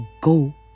go